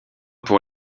pour